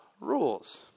rules